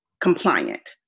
compliant